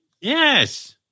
Yes